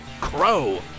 Crow